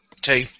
Two